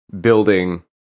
building